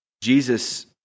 Jesus